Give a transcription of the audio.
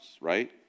right